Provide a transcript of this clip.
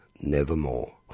nevermore